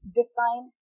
define